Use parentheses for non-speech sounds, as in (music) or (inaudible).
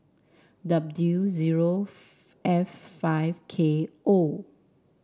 W zero (unintelligible) F five K O